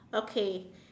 okay